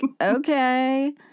okay